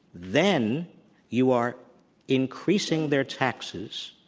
then you are increasing their taxes,